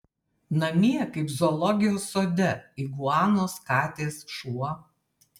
namie kaip zoologijos sode iguanos katės šuo